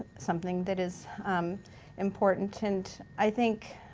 something that is important. and i think